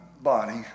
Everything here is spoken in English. body